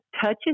touches